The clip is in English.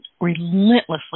relentlessly